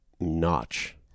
notch